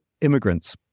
immigrants